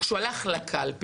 כשהוא הלך לקלפי,